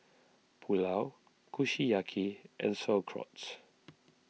Pulao Kushiyaki and Sauerkraut